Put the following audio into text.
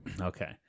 Okay